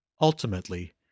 Ultimately